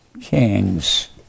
Kings